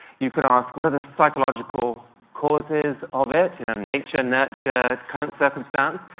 you can ask what are the psychological causes of it you know nature? nurture? current circumstance?